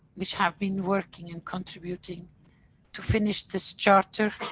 which have been working and contributing to finish this charter